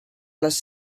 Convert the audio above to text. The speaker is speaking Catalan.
les